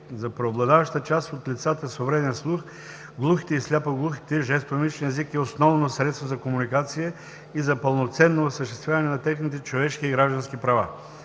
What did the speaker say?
За преобладаваща част от лицата с увреден слух, глухите и сляпо-глухите жестомимичният език е основно средство за комуникация и за пълноценно осъществяване на техните човешки и граждански права.